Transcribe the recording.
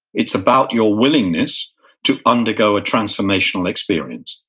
it's about your willingness to undergo a transformational experience.